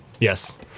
Yes